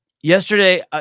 Yesterday